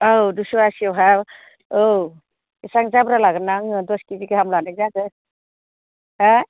औ दुयस' आसियावहाय औ एसां जाब्रा लागोन ना आङो दस केजि गाहाम लानाय जागोन हा